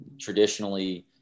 traditionally